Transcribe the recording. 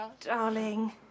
Darling